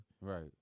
Right